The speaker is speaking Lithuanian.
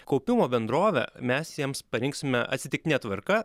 kaupimo bendrovę mes jiems parinksime atsitiktine tvarka